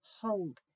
hold